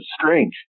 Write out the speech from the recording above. strange